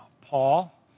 Paul